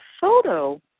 photo